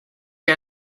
que